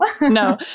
No